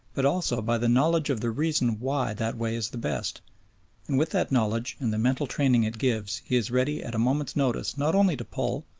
but also by the knowledge of the reason why that way is the best and with that knowledge and the mental training it gives he is ready at a moment's notice not only to pull,